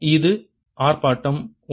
அது ஆர்ப்பாட்டம் 1